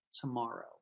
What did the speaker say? tomorrow